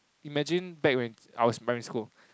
imagine back when I was in primary school